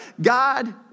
God